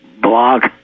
blog